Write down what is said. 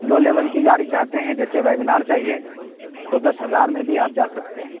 لو level کی گاڑی چاہتے ہیں جیسے ویگن آر چاہیے تو دس ہزار میں بھی آپ جا سکتے ہیں